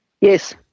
yes